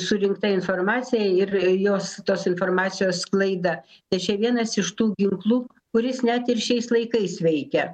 surinkta informacija ir jos tos informacijos sklaida tai čia vienas iš tų ginklų kuris net ir šiais laikais veikia